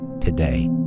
today